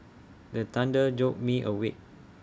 the thunder jolt me awake